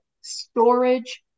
storage